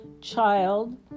child